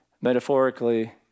metaphorically